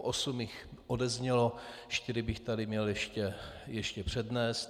Osm jich odeznělo, čtyři bych tady měl ještě přednést.